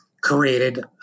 created